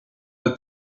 the